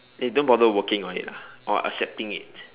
they don't bother working on it lah or accepting it